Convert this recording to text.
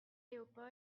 léopold